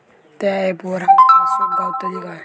त्या ऍपवर आमका सूट गावतली काय?